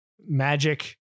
magic